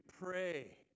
pray